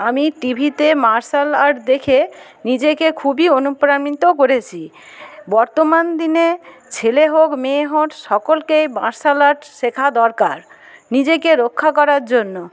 আমি টিভিতে martial art দেখে নিজেকে খুবই অনুপ্রাণিত করেছি বর্তমান দিনে ছেলে হোক মেয়ে হোক সকলকেই মার্শাল আর্ট শেখা দরকার নিজেকে রক্ষা করার জন্য